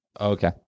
okay